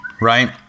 Right